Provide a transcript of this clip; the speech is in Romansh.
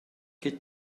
ch’ei